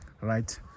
right